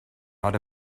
not